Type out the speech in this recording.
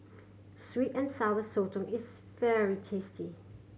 sweet and Sour Sotong is very tasty